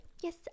yes